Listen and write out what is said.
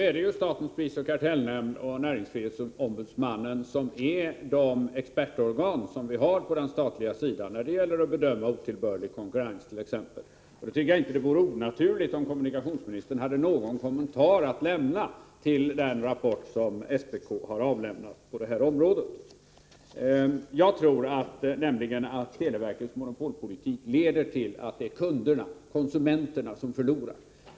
Fru talman! Statens prisoch kartellnämnd och näringslivsombudsmannen är ju de expertorgan som vi har på den statliga sidan när det gäller att bedöma t.ex. otillbörlig konkurrens. Jag tycker inte att det vore onaturligt om kommunikationsministern hade någon kommentar att göra till den rapport som SPK avlämnat på detta område. Jag tror nämligen att televerkets monopolpolitik leder till att det är kunderna, konsumenterna, som förlorar.